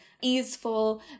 easeful